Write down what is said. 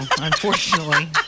unfortunately